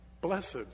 Blessed